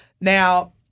Now